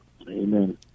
Amen